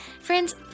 Friends